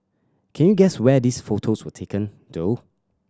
can you guess where these photos were taken though